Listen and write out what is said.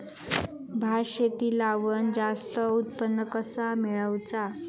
भात शेती लावण जास्त उत्पन्न कसा मेळवचा?